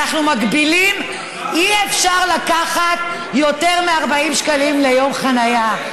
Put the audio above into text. אנחנו מגבילים: אי-אפשר לקחת יותר מ-40 שקלים ליום חניה.